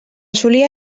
solia